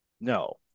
No